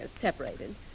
separated